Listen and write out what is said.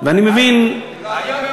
ואני מבין, העם תומך.